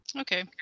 okay